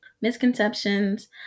Misconceptions